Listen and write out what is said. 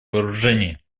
вооружений